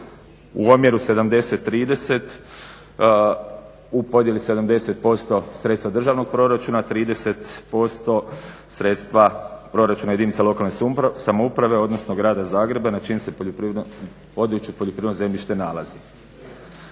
u omjeru 70:30, u podjeli 70% sredstva državnog proračuna, 30% sredstva proračuna jedinica lokalne samouprave odnosno Grada Zagreba na čijem se području poljoprivredno zemljište nalazi.